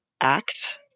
act